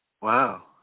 Wow